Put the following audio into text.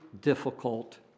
difficult